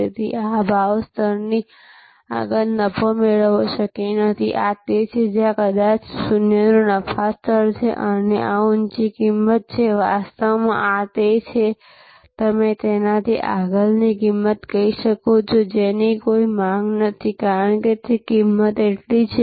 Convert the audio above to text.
તેથી આ ભાવ સ્તરથી આગળ નફો મેળવવો શક્ય નથી આ તે છે જ્યાં કદાચ શૂન્ય નફાનું સ્તર છે અને આ ઊંચી કિંમત છે વાસ્તવમાં આ તે છે કે તમે તેનાથી આગળની કિંમત કહી શકો છો જેની કોઈ માંગ નથી કારણ કે કિંમત એટલી છે